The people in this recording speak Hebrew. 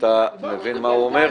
--- אתה מבין מה הוא אומר?